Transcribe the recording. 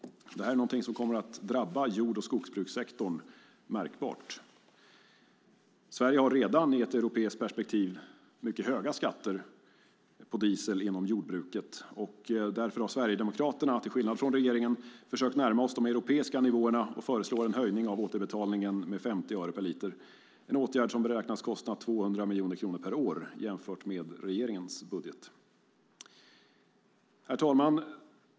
Det kommer att drabba jord och skogsbrukssektorn märkbart. Sverige har, i ett europeiskt perspektiv, redan mycket höga skatter på diesel inom jordbruket. Därför har vi sverigedemokrater, till skillnad från regeringen, försökt närma oss de europeiska nivåerna och föreslår en höjning av återbetalningen med 50 öre per liter - en åtgärd som beräknas kosta 200 miljoner kronor per år jämfört med regeringens budget. Herr talman!